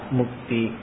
mukti